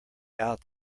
out